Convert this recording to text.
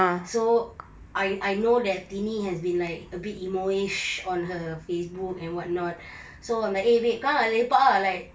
so I I know that tini has been like a bit emoish on her facebook and what not so I'm like eh babe come ah lepak ah like